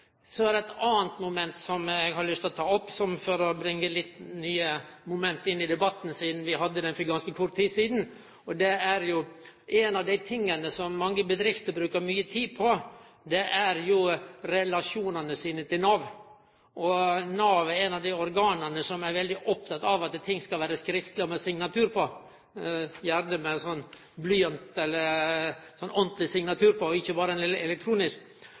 Så er det eit anna moment som eg har lyst til å ta opp, for å bringe litt nye moment inn i debatten sidan vi hadde han for ganske kort tid sidan. Ein av dei tinga som mange bedrifter bruker mykje tid på, er relasjonane sine til Nav. Nav er eit av dei organa som er veldig opptekne av at ting skal vere skriftlege og med ordentleg signatur på, gjerne med blyant, og ikkje berre elektronisk. Ein av dei tinga som eg trur det absolutt kan vere nyttig å sjå på,